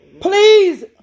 Please